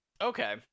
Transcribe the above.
Okay